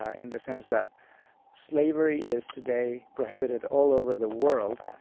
ah in the sense that slavery is today prohibited all over the world,